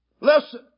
Listen